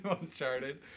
Uncharted